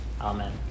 Amen